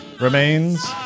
remains